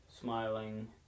smiling